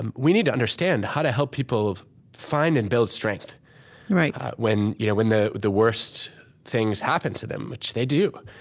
and we need to understand how to help people find and build strength when you know when the the worst things happen to them, which they do.